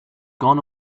gone